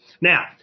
Now